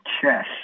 chess